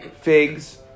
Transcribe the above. Figs